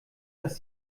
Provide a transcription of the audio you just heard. dass